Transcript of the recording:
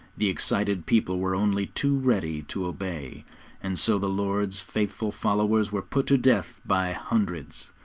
the excited people were only too ready to obey, and so the lord's faithful followers were put to death by hundreds.